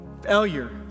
failure